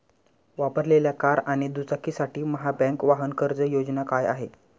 वापरलेल्या कार आणि दुचाकीसाठी महाबँक वाहन कर्ज योजना काय आहे?